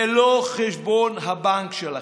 זה לא חשבון הבנק שלכם.